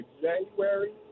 January